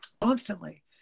Constantly